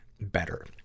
Better